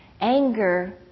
Anger